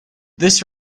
this